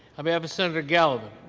um of senator gallivan,